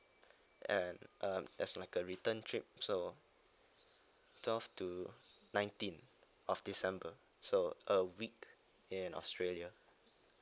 and uh it's like a return trip so twelve to nineteen of december so a week in australia